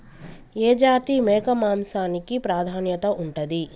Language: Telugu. ఏ జాతి మేక మాంసానికి ప్రాధాన్యత ఉంటది?